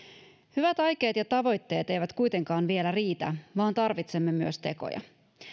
hyvät aikeet ja tavoitteet eivät kuitenkaan vielä riitä vaan tarvitsemme myös tekoja